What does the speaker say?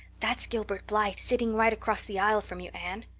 that's gilbert blythe sitting right across the aisle from you, anne.